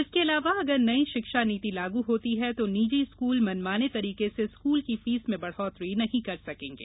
इसके अलावा अगर नई शिक्षा नीति लागू होती है तो निजी स्कूल मनमाने तरीके से स्कूल की फीस में बढ़ोतरी नहीं कर सकेंगे